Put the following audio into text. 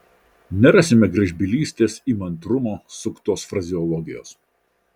nerasime gražbylystės įmantrumo suktos frazeologijos